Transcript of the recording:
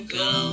go